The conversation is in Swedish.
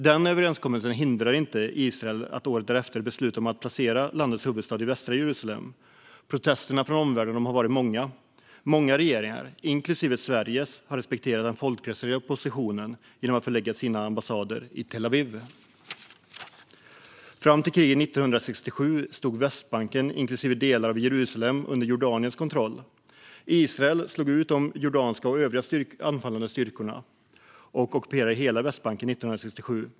Denna överenskommelse hindrade inte Israel från att året därefter besluta att placera landets huvudstad i västra Jerusalem. Protesterna från omvärlden har varit många. Många regeringar, inklusive Sveriges, har respekterat den folkrättsliga positionen genom att förlägga sina ambassader till Tel Aviv. Fram till kriget 1967 stod Västbanken, inklusive delar av Jerusalem, under Jordaniens kontroll. Israel slog ut de jordanska och övriga anfallande styrkor och ockuperade hela Västbanken 1967.